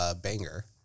banger